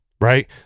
right